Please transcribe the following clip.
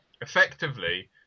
Effectively